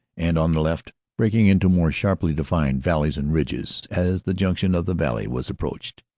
and on the left breaking into more sharply defined valleys and ridges as the junction of the valley was approached.